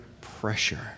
pressure